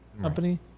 company